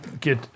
get